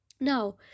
Now